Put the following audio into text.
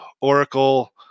Oracle